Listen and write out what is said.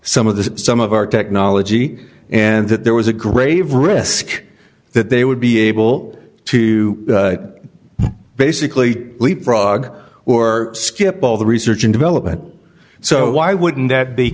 some of the some of our technology and that there was a grave risk that they would be able to basically leapfrog or skip all the research and development so why wouldn't that be